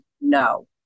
no